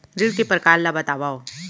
ऋण के परकार ल बतावव?